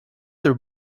their